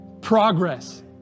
progress